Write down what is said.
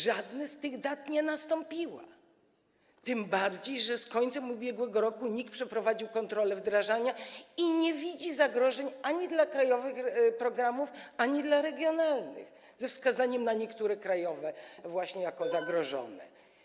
Żadna z tych dat nie minęła, tym bardziej że z końcem ubiegłego roku NIK przeprowadził kontrolę wdrażania i nie widzi zagrożeń ani dla krajowych programów, ani dla programów regionalnych, ze wskazaniem na niektóre krajowe właśnie jako zagrożone.